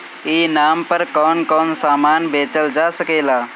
ई नाम पर कौन कौन समान बेचल जा सकेला?